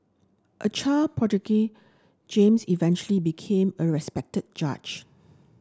a child prodigy James eventually became a respected judge